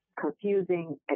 confusing